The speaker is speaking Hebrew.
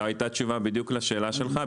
זו הייתה תשובה בדיוק לשאלה שלך,